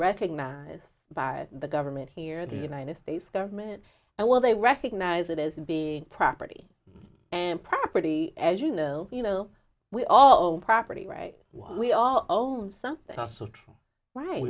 recognized by the government here the united states government and will they recognize it is to be property and property as you know you know we all own property rights we all own something else right